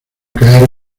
caer